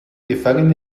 gefangen